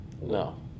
No